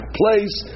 place